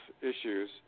issues